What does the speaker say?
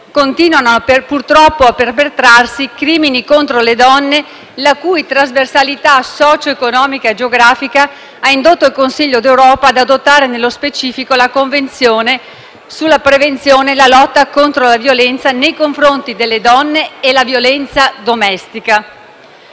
continuano a purtroppo a perpetrarsi crimini contro le donne la cui trasversalità socio-economica e geografica ha indotto il Consiglio d'Europa ad adottare, nello specifico, la Convenzione sulla prevenzione e la lotta contro la violenza nei confronti delle donne e la violenza domestica.